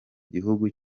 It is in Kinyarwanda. gihugu